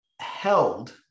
held